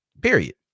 Period